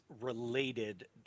related